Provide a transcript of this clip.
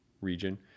region